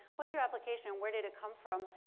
what's your application? where did it come from?